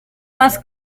más